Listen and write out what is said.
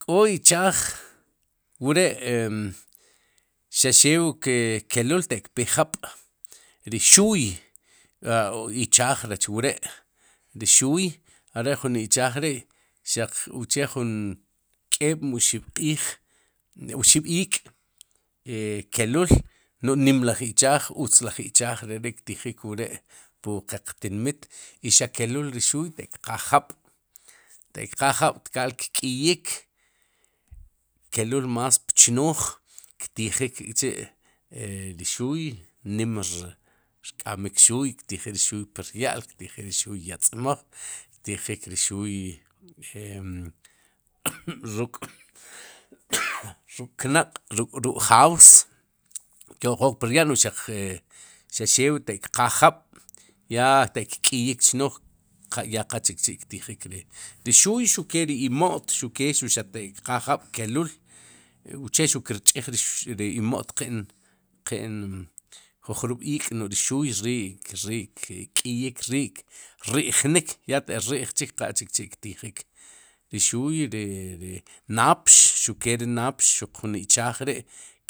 Ko ichaj wre' e xaq xew kelul ataq k'o jab' ri xuy ichaj rech wre' ri xuuy are'jun ichaaj ri xaq uche jun k'eb'q'iij o xib'iik' keluul no'j nim laj ichaaj utz laj ichaaj re ri ktijik wre pwu qeq tinmit, i xaq kelul ri xuy teq kqaaj jab' te'q kqaaj jab' tkaal kk'iyik, kelul más pchooj, ktijik k'chi'ri e xuy nim rk'amik xuy ktijik ri xuy pu rya'l ktijik ri xuy yetz'maj ktijik ri xuy e ruk'knaq'ruk'jaws kyo'qok pu rya'l no'j xaq xew ate'q kqaaj jab' ya te'q kk'iyik chnooj ya qa chikchi'ktijik ri xuy xuq ke ri imo't xuq ke xaq te' kqaaj jab' keluul uche xuq ki rch'ij ri imo't qi'n, qi'n ju jrub'iik' no'j ri xuy ri ri kk'iyik ri kri'jnik ya te'rij chik qachikchi'ktijik, ri xuy ri ri napx xuq kee ri napx jun ichaaj ri'